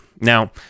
now